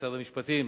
ממשרד המשפטים